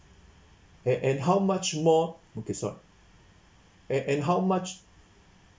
and and how much more and and how much